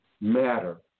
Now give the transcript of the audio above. matter